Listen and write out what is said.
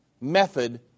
method